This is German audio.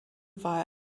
war